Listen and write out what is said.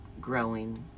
growing